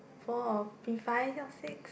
four or P-five or six